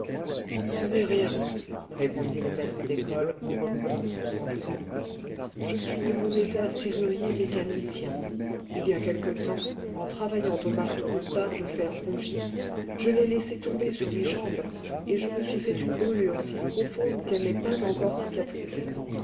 ce n'est rien répondit le maître d'école en reprenant son sang-froid je suis de mon état serrurier mécanicien il y a quelque temps en travaillant au marteau une barre de fer rougie je l'ai laissée tomber sur mes jambes et je me suis fait une brûlure si profonde qu'elle n'est pas encore cicatrisée